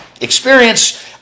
experience